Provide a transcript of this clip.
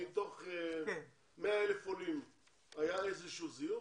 מתוחך 100,000 עולים היה איזשהו זיוף?